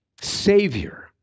Savior